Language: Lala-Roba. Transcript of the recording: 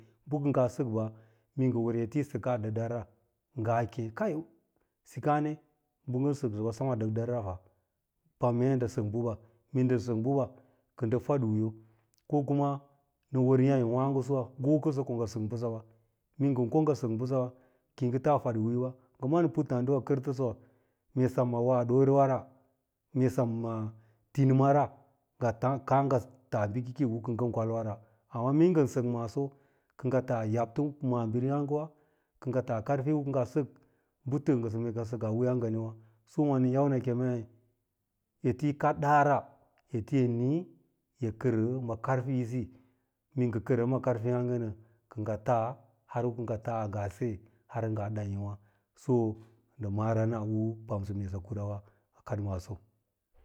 Bɚ kɚ ngas sɚkɓa mee ngɚ wɚr ete yi sɚkaa ɗɚdara ngaa kem kai sikaa ne bɚ ngɚn sɚksɚba yi semaa ɗɚɗara fa pam mee nɗɚ sɚ ɓɚɓa mee ndɚn sɚk bɚba kɚ nda fad wiiyo ko kuma nɚ wɚr yààyǒ wààgo suwa ngo kɚnso ko ngɚ sɚk bɚsɚwa ki yi taa fadirinyo, ngɚ malàn puttààdin yi kɚrtɚsɚwa mee semma wa doore wara mee sem ma tinima ra ngɚ tàà ngɚ kàà ngɚ taa bɚkake u kɚ ngɚn kiralwara amna mee ngɚn sɚk maaso kɚ ngɚ tas yabto maabiriyààge wa, kɚ ngɚ taa karfi u kɚ ngɚ ngaa kàà ngɚ sɚk bɚu toɚ ngɚ ɚ ngɚ sɚkaa wiiyas nganiwà wa nɚn yau nɚ emei ete yi kad ɗara yi niiyi kɚr ma karfi’isi, mee ngɚ kɚrɚn ma karfiyààge nɚ, kɚ ngɚ taa, har ngɚ taa ngaa se har ngaa ɗaiyà nà so ndɚ marana u pasɚ mee sɚ kurawa a kad maaso